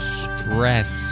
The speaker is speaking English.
stress